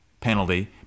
penalty